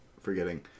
forgetting